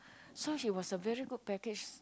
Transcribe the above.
so he was a very good package